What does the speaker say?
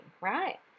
right